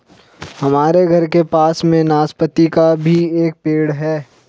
हमारे घर के पास में नाशपती का भी एक पेड़ है